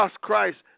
Christ